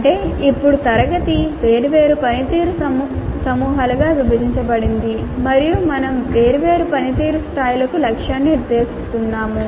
అంటే ఇప్పుడు తరగతి వేర్వేరు పనితీరు సమూహాలుగా విభజించబడింది మరియు మేము వేర్వేరు పనితీరు స్థాయిలకు లక్ష్యాన్ని నిర్దేశిస్తున్నాము